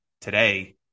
today